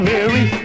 Mary